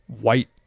white